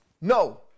No